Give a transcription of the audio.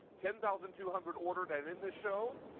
ten thousand two hundred ordered, and in this show,